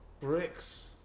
bricks